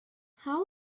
how